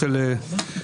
תמשיך לדבר.